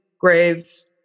graves